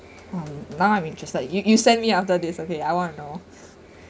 !wpw! now I'm interested you you send me after this okay I want to know